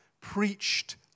preached